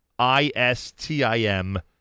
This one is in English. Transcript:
I-S-T-I-M